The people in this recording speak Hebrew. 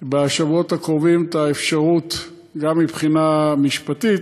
בשבועות הקרובים את האפשרות, גם מבחינה משפטית,